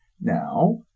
Now